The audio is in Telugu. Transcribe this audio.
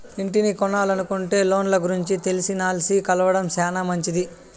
ఇంటిని కొనలనుకుంటే లోన్ల గురించి తెలిసినాల్ని కలవడం శానా మంచిది